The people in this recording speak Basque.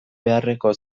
beharreko